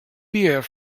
beer